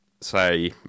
say